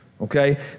okay